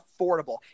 affordable